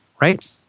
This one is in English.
right